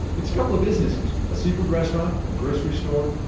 it's a couple of businesses, a seafood restaurant, a grocery store,